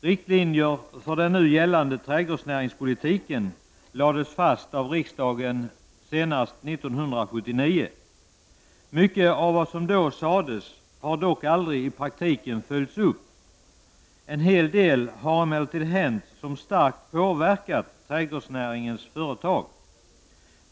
Riktlinjer för den nu gällande trädgårdsnäringspolitiken lades fast av riksdagen senast år 1979. Mycket av vad som då sades har dock aldrig i praktiken följts upp. En hel del har emellertid hänt som starkt påverkar trädgårdsnäringens företag.